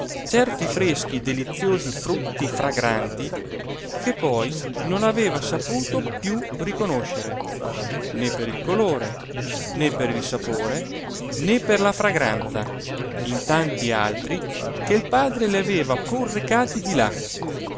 certi freschi deliziosi frutti fragranti che poi non aveva saputo più riconoscere né per il colore né per il sapore né per la fragranza in tanti altri che il padre le aveva pur recati di là